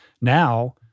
Now